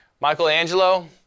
Michelangelo